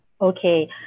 Okay